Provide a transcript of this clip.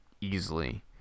easily